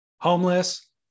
Homeless